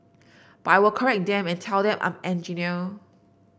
but I will correct them and tell them I'm engineer